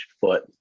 foot